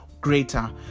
greater